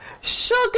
sugar